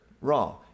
raw